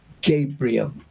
Gabriel